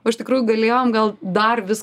o iš tikrųjų galėjom gal dar visko